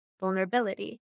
vulnerability